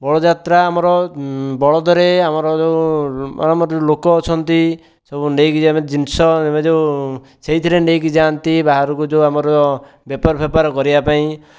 ବଳଦ ଯାତ୍ରା ଆମର ବଳଦରେ ଆମର ଯେଉଁ ଆମର ଲୋକ ଅଛନ୍ତି ସବୁ ନେଇକି ଯିବେ ଜିନିଷ ଯେଉଁ ସେଇଥିରେ ନେଇକି ଯାଆନ୍ତି ବାହାରକୁ ଯେଉଁ ଆମର ବେପାର ଫେପାର କରିବା ପାଇଁ